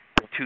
two